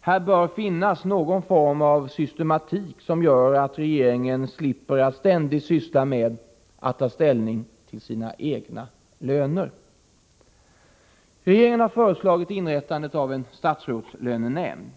Här bör finnas någon form av systematik, som gör att regeringen slipper att syssla med att ta ställning till sina egna löner. Regeringen har föreslagit inrättandet av en statsrådslönenämnd.